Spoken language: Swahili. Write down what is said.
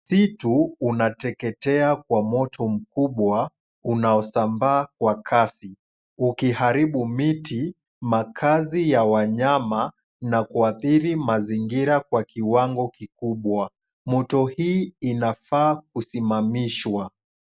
Vitu unateketea kwa moto mkubwa unaozambaa kwa kasi, ukiharibu miti na makazi ya wanyama na kuadhiri mazingira kwa kiwango kikubwa ,moto hii inafaa kusimamishwa.